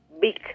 big